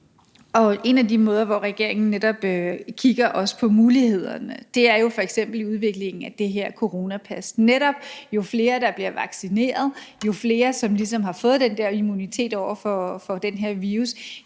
Et af de områder, hvor regeringen netop også kigger på mulighederne, er jo f.eks. i udviklingen af det her coronapas. Jo flere, der bliver vaccineret, jo flere, som ligesom har fået den der immunitet over for den her virus,